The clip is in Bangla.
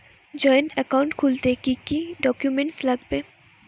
জয়েন্ট একাউন্ট খুলতে কি কি ডকুমেন্টস লাগবে?